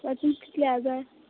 अशें कितल्या जाय